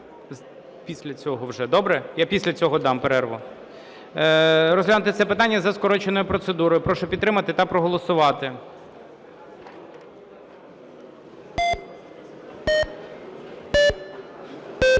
Після цього вже, добре. Я після цього дам перерву. Розглянути це питання за скороченою процедурою. Прошу підтримати та проголосувати.